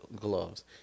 gloves